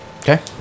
okay